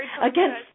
again